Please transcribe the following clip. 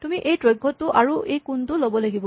তুমি এই দৈৰ্ঘটো আৰু এই কোণটো ল'ব লাগিব